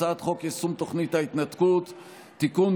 הצעת חוק יישום תוכנית ההתנתקות (תיקון,